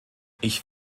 ich